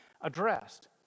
addressed